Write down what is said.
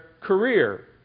career